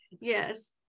Yes